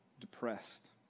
depressed